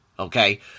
Okay